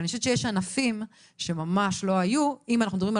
אני חושבת שיש ענפים שלא היו שם.